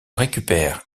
récupère